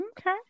Okay